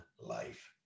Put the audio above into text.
life